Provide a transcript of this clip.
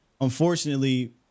unfortunately